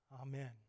Amen